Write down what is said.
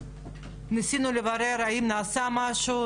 ניסינו לברר האם נעשה משהו,